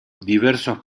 diversos